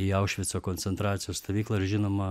į aušvico koncentracijos stovyklą ir žinoma